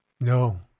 No